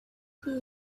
who